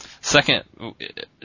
second